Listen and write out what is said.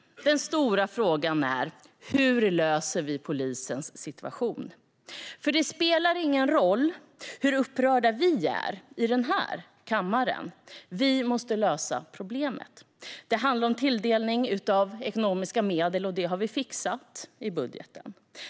Den stora frågan är: Hur löser vi polisens situation? Det spelar ingen roll hur upprörda vi är i den här kammaren; vi måste lösa problemet. Det handlar om tilldelning av ekonomiska medel, och det har vi fixat i budgeten.